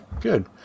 good